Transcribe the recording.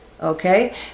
okay